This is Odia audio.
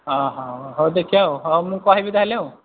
ଓ ହଁ ହଉ ଦେଖିବା ଆଉ ହଉ ମୁଁ କହିବି ତାହେଲେ ଆଉ